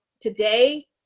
today